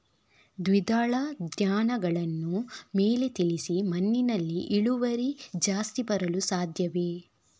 ದ್ವಿದಳ ಧ್ಯಾನಗಳನ್ನು ಮೇಲೆ ತಿಳಿಸಿ ಮಣ್ಣಿನಲ್ಲಿ ಇಳುವರಿ ಜಾಸ್ತಿ ಬರಲು ಸಾಧ್ಯವೇ?